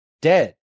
dead